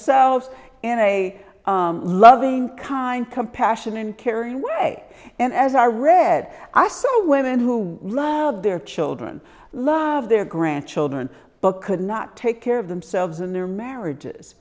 selves in a loving kind compassionate and caring way and as i read i saw women who love their children love their grandchildren but could not take care of themselves and their marriages